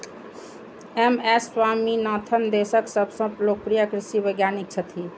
M S Swaminathan देशक सबसं लोकप्रिय कृषि वैज्ञानिक छथि